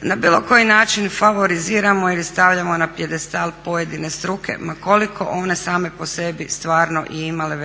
na bilo koji način favoriziramo ili stavljamo na pijedestal pojedine struke, ma koliko one same po sebi stvarno i imale